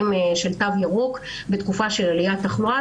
של תו ירוק בתקופה של העלייה בתחלואה,